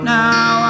now